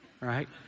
right